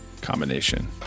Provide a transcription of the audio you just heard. combination